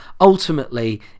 ultimately